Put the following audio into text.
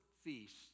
feast